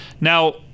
now